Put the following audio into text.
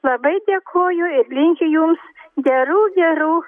labai dėkoju ir linkiu jums gerų gerų